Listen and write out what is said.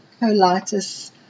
colitis